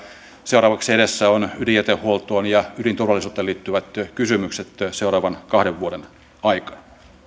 seuraavaksi edessä ovat ydinjätehuoltoon ja ydinturvallisuuteen liittyvät kysymykset seuraavan kahden vuoden aikana